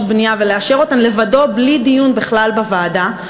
בנייה ולאשר אותן לבדו בלי דיון בכלל בוועדה,